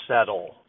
settle